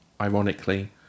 ironically